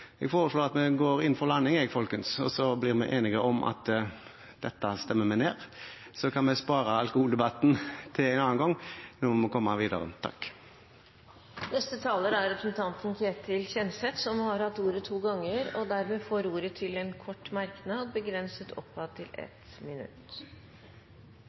Jeg foreslår at vi går inn for landing, og at vi så blir enige om at dette stemmer vi ned. Så kan vi spare alkoholdebatten til en annen gang. Nå må vi komme videre. Representanten Ketil Kjenseth har hatt ordet to ganger tidligere og får ordet til en kort merknad, begrenset til